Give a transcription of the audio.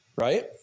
right